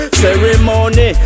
ceremony